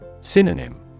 Synonym